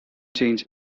change